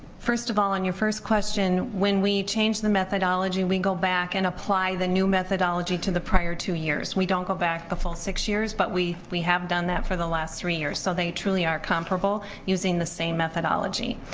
first of all, on your first question, when we changed the methodology we go back and apply the new methodology to the prior two years. we don't go back the full six years, but we we have done that for the last three years, so they truly are comparable using the same methodology.